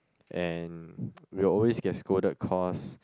and we will always get scolded cause